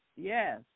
Yes